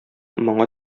моңа